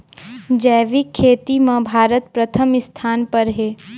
जैविक खेती म भारत प्रथम स्थान पर हे